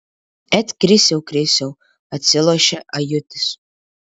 et krisiau krisiau atsilošia ajutis